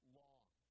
long